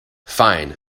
fine